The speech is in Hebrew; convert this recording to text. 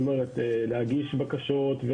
כלומר להגיש בקשות,